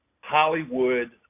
Hollywood